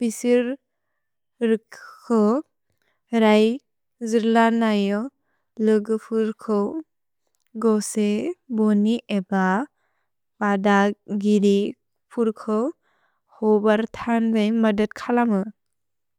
पिसुर् रुक्खुक्, रै जिर्लनयो लोगु पुर्कु गोसे बोनि एब बद गिरि पुर्कु होबर् तन्वेन् मदत् कलमु।